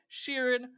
Sheeran